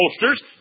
posters